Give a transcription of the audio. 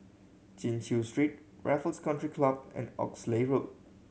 Chin Chew Street Raffles Country Club and Oxley Road